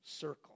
circle